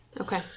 Okay